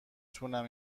تونم